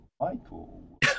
Michael